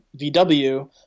VW